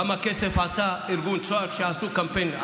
כמה כסף עשה ארגון צהר כשעשה קמפיין,